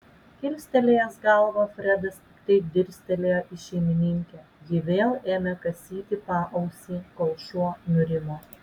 kilstelėjęs galvą fredas piktai dirstelėjo į šeimininkę ji vėl ėmė kasyti paausį kol šuo nurimo